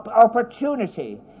opportunity